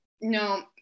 no